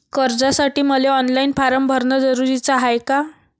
कर्जासाठी मले online form भरन जरुरीच हाय का?